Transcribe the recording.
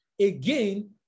again